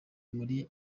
muri